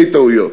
שתי טעויות.